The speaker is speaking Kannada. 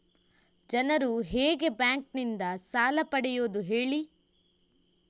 ಜನರು ಹೇಗೆ ಬ್ಯಾಂಕ್ ನಿಂದ ಸಾಲ ಪಡೆಯೋದು ಹೇಳಿ